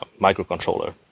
microcontroller